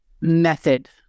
method